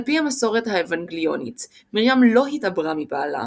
על פי המסורת האוונגליונית מרים לא התעברה מבעלה,